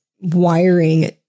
wiring